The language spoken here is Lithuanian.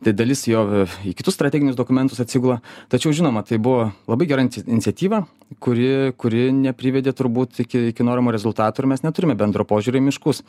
tai dalis jo į kitus strateginius dokumentus atsigula tačiau žinoma tai buvo labai gera inicia iniciatyva kuri kuri neprivedė turbūt iki iki norimo rezultato ir mes neturime bendro požiūrio į miškus